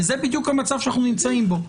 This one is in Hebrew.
וזה בדיוק המצב שאנחנו נמצאים בו.